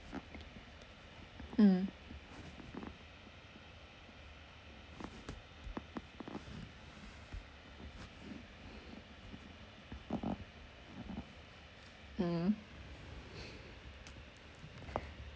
mm mm